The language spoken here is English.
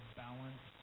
balance